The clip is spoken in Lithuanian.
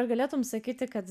ar galėtum sakyti kad